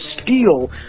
steal